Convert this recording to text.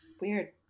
weird